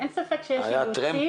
אין ספק שיש אילוצים.